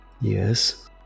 Yes